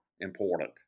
important